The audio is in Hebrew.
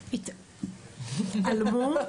התעלמו.